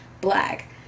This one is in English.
black